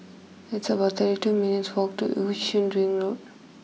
it's about thirty two minutes' walk to Yishun Ring Road